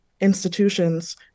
institutions